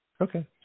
Okay